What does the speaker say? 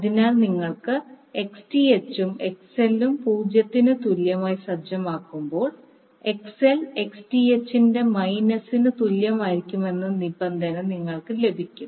അതിനാൽ നിങ്ങൾ Xth ഉം XL ഉം 0 ന് തുല്യമായി സജ്ജമാക്കുമ്പോൾ XL Xth ന്റെ മൈനസിന് തുല്യമായിരിക്കണമെന്ന നിബന്ധന നിങ്ങൾക്ക് ലഭിക്കും